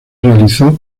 realizó